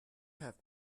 have